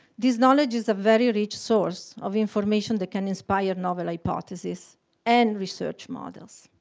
this knowledge is a very rich source of information that can inspire novel hypotheses and research models.